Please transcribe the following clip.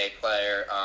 player